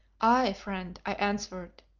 aye, friend, i answered,